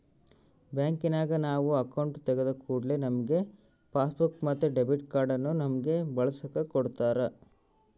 ಬ್ಯಾಂಕಿನಗ ನಾವು ಅಕೌಂಟು ತೆಗಿದ ಕೂಡ್ಲೆ ನಮ್ಗೆ ಪಾಸ್ಬುಕ್ ಮತ್ತೆ ಡೆಬಿಟ್ ಕಾರ್ಡನ್ನ ನಮ್ಮಗೆ ಬಳಸಕ ಕೊಡತ್ತಾರ